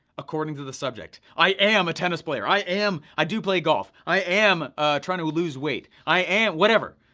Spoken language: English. according to the subject. i am a tennis player. i am, i do play golf. i am trying to lose weight. i am, whatever.